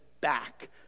back